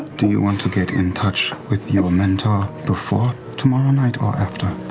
do you want to get in touch with your mentor before tomorrow night or after?